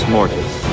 Mortis